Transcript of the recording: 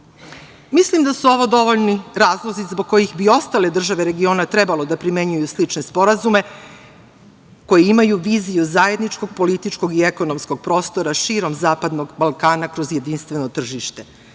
da su ovo dovoljni razlozi zbog kojih bi i ostale države regiona trebalo da primenjuju slične sporazume koji imaju viziju zajedničkog političkog i ekonomskog prostora širom Zapadnog Balkana kroz jedinstveno tržište. Ja